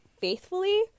faithfully